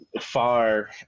far